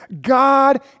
God